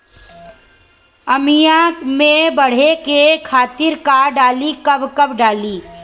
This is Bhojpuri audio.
आमिया मैं बढ़े के खातिर का डाली कब कब डाली?